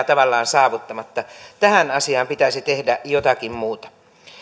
tavallaan saavuttamatta tähän asiaan pitäisi tehdä jotakin muuta